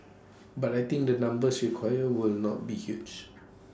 but I think the numbers required will not be huge